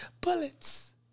Bullets